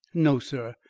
no, sir.